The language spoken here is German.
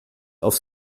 auf